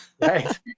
Right